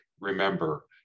remember